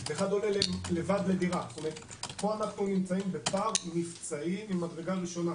אנחנו מקווים שיפרשו כ-50 עד סוף שנה,